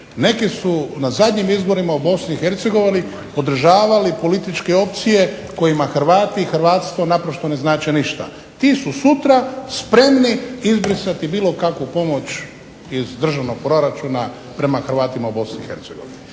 neki su na zadnjim izborima u Bosni i Hercegovini podržavali političke opcije kojima Hrvati i hrvatstvo naprosto ne znače ništa. Ti su sutra spremni izbrisati bilo kakvu pomoć iz državnog proračuna prema Hrvatima u Bosni